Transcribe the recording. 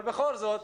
אבל בכל זאת,